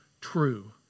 true